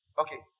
okay